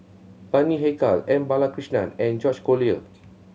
Bani Haykal M Balakrishnan and George Collyer